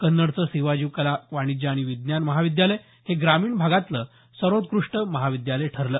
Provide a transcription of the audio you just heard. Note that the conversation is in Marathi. कन्नडचं शिवाजी कला वाणिज्य आणि विज्ञान महाविद्यालय हे ग्रामीण भागातलं सर्वोत्कृष्ट महाविद्यालय ठरलं